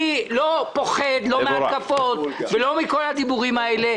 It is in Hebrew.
אני לא מפחד, לא מהתקפות ולא מכל הדיבורים האלה.